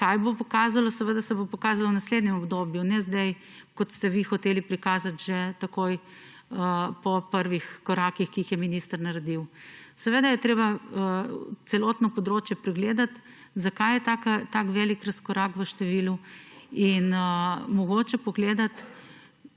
pod drobnogled. To se bo pokazalo v naslednjem obdobju, ne zdaj, kot ste vi hoteli prikazati že takoj po prvih korakih, ki jih je minister naredil. Seveda je treba pregledati celotno področje, zakaj je takšen velik razkorak v številu, in mogoče pogledati,